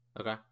Okay